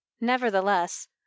nevertheless